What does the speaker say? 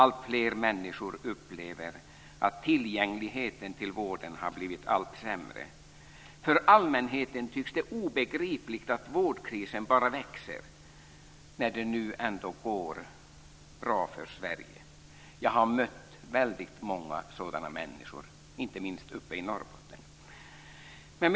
Alltfler människor upplever att tillgängligheten till vården har blivit allt sämre. För allmänheten tycks det obegripligt att vårdkrisen bara växer, när det nu ändå går bra för Sverige. Jag har mött väldigt många sådana människor, inte minst uppe i Norrbotten.